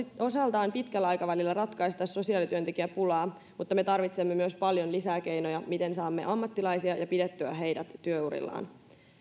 osaltaan pitkällä aikavälillä ratkaista sosiaalityöntekijäpulaa mutta me tarvitsemme myös paljon lisää keinoja miten saamme ammattilaisia ja saamme pidettyä heidät työurillaan